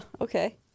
okay